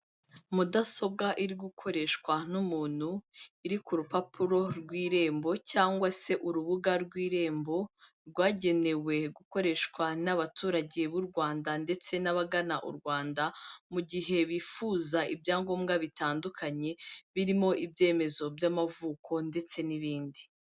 Mudasobwa iri gukoreshwa n'umuntu, iri ku rupapuro rw'lrembo cyangwa se urubuga rw'lrembo, rwagenewe gukoreshwa n'abaturage b'u Rwanda ndetse n'abagana u Rwanda, mu gihe bifuza ibyangombwa bitandukanye birimo ibyemezo by'amavuko ndetse n'ibindi.